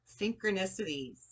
Synchronicities